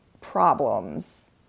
problems